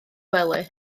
wely